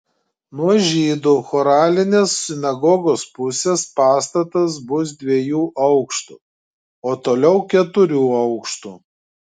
nuo žydų choralinės sinagogos pusės pastatas bus dviejų aukštų o toliau keturių aukštų